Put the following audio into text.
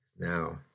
Now